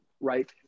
Right